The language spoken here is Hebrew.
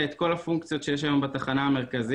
את כל הפונקציות שיש היום בתחנה המרכזית,